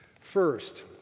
First